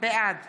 בעד